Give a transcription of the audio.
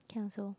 can also